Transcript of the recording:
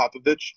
Popovich